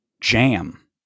jam